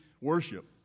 worship